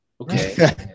okay